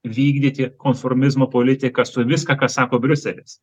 vykdyti konformizmo politiką su viską ką sako briuselis